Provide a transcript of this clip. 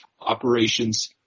operations